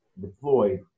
deployed